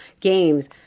games